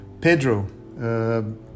Pedro